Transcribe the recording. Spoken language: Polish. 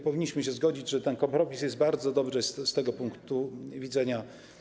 Powinniśmy się zgodzić, że ten kompromis jest bardzo dobry z tego punktu widzenia.